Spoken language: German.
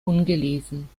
ungelesen